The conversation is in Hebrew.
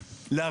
שלושה,